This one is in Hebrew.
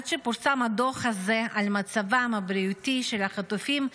עד שפורסם הדו"ח הזה על מצבם הבריאותי של החטופים,